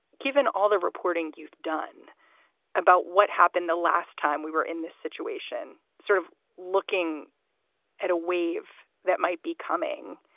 given all the reporting you've done about what happened the last time we were in this situation, sort of looking at a wave that might be coming.